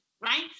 right